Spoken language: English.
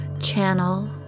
channel